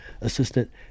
assistant